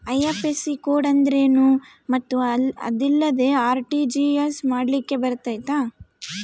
IFSC code ಅಂದ್ರೇನು ಮತ್ತು ಅದಿಲ್ಲದೆ ಆರ್.ಟಿ.ಜಿ.ಎಸ್ ಮಾಡ್ಲಿಕ್ಕೆ ಬರ್ತೈತಾ?